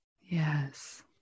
Yes